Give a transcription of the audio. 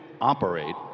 operate